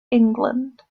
england